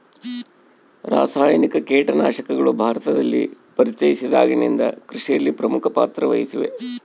ರಾಸಾಯನಿಕ ಕೇಟನಾಶಕಗಳು ಭಾರತದಲ್ಲಿ ಪರಿಚಯಿಸಿದಾಗಿನಿಂದ ಕೃಷಿಯಲ್ಲಿ ಪ್ರಮುಖ ಪಾತ್ರ ವಹಿಸಿವೆ